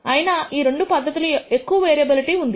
అయినా ఈ రెండు పద్ధతులకు ఎక్కువ వేరియబిలిటీ ఉంది